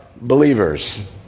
believers